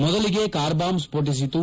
ಮೊದಲಿಗೆ car bomb ಸ್ವೋಟಿಸಿತು